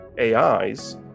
AIs